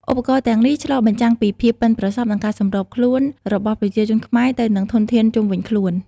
ឧបករណ៍ទាំងនេះឆ្លុះបញ្ចាំងពីភាពប៉ិនប្រសប់និងការសម្របខ្លួនរបស់ប្រជាជនខ្មែរទៅនឹងធនធានជុំវិញខ្លួន។